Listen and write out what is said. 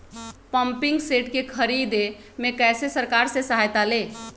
Pumping set के ख़रीदे मे कैसे सरकार से सहायता ले?